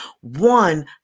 one